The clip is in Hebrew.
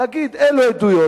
להגיד: אלה עדויות,